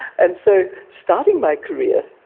and so starting my career,